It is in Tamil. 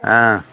ஆ